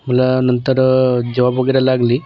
मला नंतर जॉब वगैरे लागली